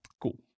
Cool